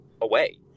away